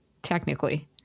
Technically